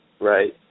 Right